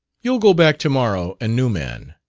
you'll go back to-morrow a new man.